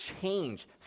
change